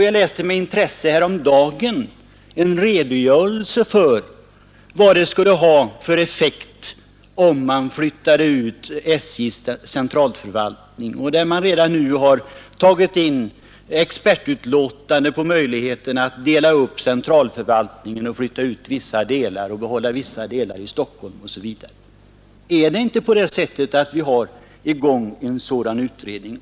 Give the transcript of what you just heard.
Jag läste också häromdagen med intresse en redogörelse för vad det skulle ha för effekt om man flyttade ut SJ:s centralförvaltning, och det framgick att man redan nu har tagit in expertutlåtanden om möjligheterna att dela upp centralförvaltningen och flytta ut vissa delar samt behålla andra delar i Stockholm osv. Är det inte på det sättet att vi har en sådan utredning i gång?